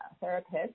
therapist